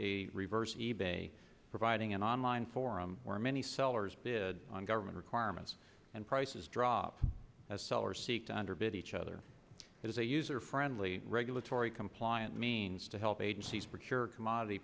a reverse e bay providing an online forum where many sellers bid on government requirements and prices drop as sellers seek to underbid each other it is a user friendly regulatory compliant means to help agencies for sure commodity